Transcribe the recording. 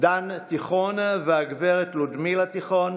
דן תיכון והגב' לודמילה תיכון,